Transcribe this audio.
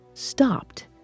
Stopped